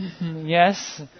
Yes